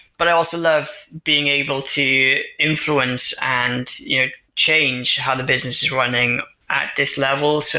but i also love being able to influence and change how the business is running at this level so